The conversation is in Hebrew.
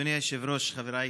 אדוני היושב-ראש, חבריי